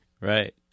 Right